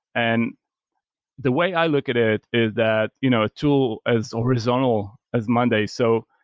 and the way i look at it is that you know a tool as horizontal as monday. so,